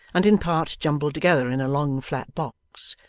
and in part jumbled together in a long flat box,